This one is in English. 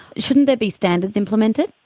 shouldn't there be standards implemented?